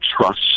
trust